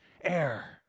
air